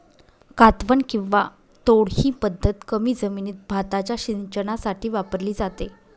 कातवन किंवा तोड ही पद्धत कमी जमिनीत भाताच्या सिंचनासाठी वापरली जाते